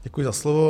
Děkuji za slovo.